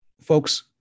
folks